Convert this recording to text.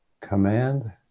Command